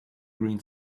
green